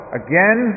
again